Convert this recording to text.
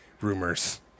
rumors